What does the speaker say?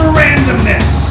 randomness